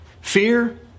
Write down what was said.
Fear